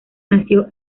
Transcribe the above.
nació